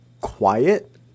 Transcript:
quiet